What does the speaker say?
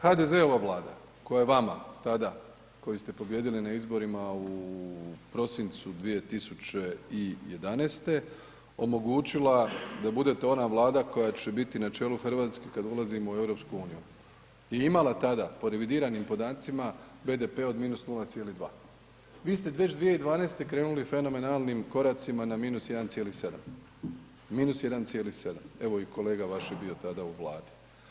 HDZ-ova Vlada koje je vama tada, koju ste pobijedili na izborima u prosincu 2011. omogućila da budete ona Vlada koja će biti na čelu RH kad ulazimo u EU je imala tada po revidiranim podacima BDP od -0,2, vi ste već 2012. krenuli fenomenalnim koracima na -1,7, -1,7, evo i kolega vaš je bio tada u Vladi.